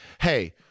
hey